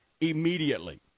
immediately